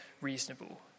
reasonable